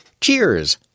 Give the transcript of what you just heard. Cheers